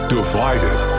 Divided